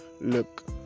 look